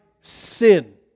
sin